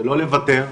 ולא לוותר,